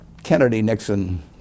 Kennedy-Nixon